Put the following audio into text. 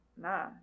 nah